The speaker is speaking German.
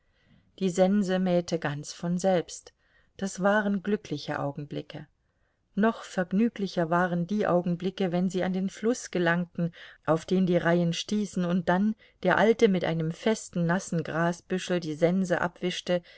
die sense mähte ganz von selbst das waren glückliche augenblicke noch vergnüglicher waren die augenblicke wenn sie an den fluß gelangten auf den die reihen stießen und dann der alte mit einem festen nassen grasbüschel die sense abwischte